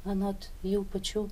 anot jų pačių